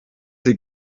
sie